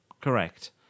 correct